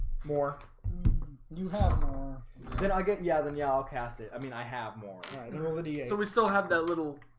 more you have then i get yeah than y'all cast it. i mean i have more so we still have that little